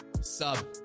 sub